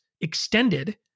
extended